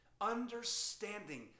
understanding